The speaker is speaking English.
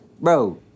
Bro